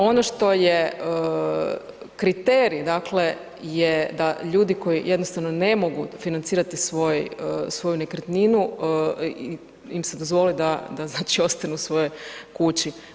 Ono što je kriterij, dakle je da ljudi koji jednostavno ne mogu financirati svoju nekretninu im se dozvoli da, da znači ostanu u svojoj kući.